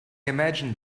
imagine